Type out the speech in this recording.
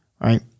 right